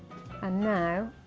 and now,